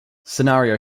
scenario